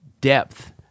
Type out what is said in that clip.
depth